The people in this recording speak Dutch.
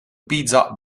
pizza